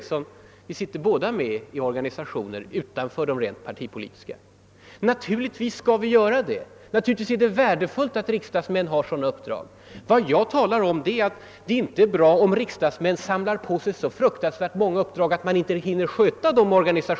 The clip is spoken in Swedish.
Jo, vi sitter båda med i organisationer utanför de partipolitiska, och naturligtvis skall vi fortsätta att göra det. Det är värdefullt att riksdagsmän har sådana uppdrag. Vad jag säger är att det inte är bra om riksdagsmän samlar på sig så fruktansvärt många uppdrag att de inte hinner sköta dem.